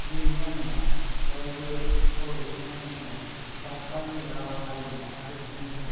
दिनैनि आसामाव अरायबो खर' दिखांना जुजिनाय बा गावनि राव हारिमु आरो बिजोंजों